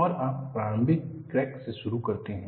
और आप प्रारंभिक क्रैक से शुरू करते हैं